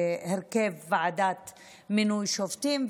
בהרכב ועדת מינוי שופטים,